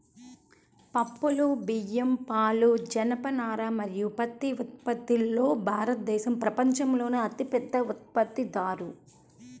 పప్పులు, బియ్యం, పాలు, జనపనార మరియు పత్తి ఉత్పత్తిలో భారతదేశం ప్రపంచంలోనే అతిపెద్ద ఉత్పత్తిదారు